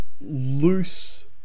loose